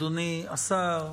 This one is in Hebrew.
אדוני השר,